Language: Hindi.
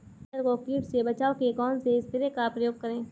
फसल को कीट से बचाव के कौनसे स्प्रे का प्रयोग करें?